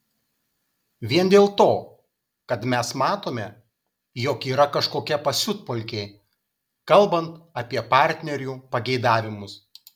vien dėl to kad mes matome jog yra kažkokia pasiutpolkė kalbant apie partnerių pageidavimus